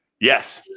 Yes